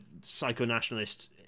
psycho-nationalist